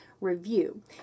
review